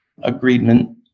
agreement